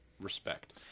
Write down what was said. respect